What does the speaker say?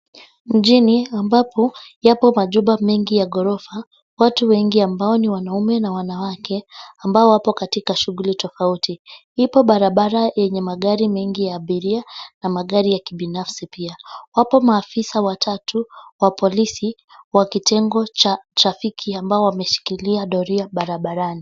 Mjini ambapo yapo majumba mengi ya ghorofa. Watu wengi ambao ni wanaume na wanawake ambao wapo katika shughuli tofauti. Ipo barabara yenye magari mengi ya abiria na magari ya kibinafsi pia. Wapo maafisa watatu wa polisi wa kitengo cha trafiki ambao wameshikilia doria barabarani.